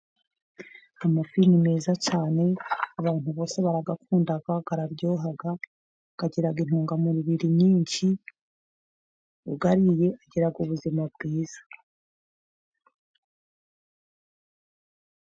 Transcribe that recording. Amafi ni meza cyane, abantu bose barayakunda, araryoha, agira intungamubiri nyinshi, uyariye agira ubuzima bwiza.